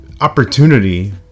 opportunity